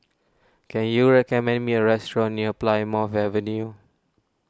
can you recommend me a restaurant near Plymouth Avenue